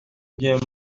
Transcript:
bien